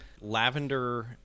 lavender